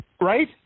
right